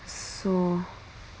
so